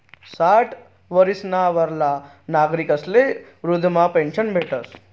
साठ वरीसना वरला नागरिकस्ले वृदधा पेन्शन भेटस